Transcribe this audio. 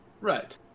Right